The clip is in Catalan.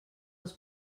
els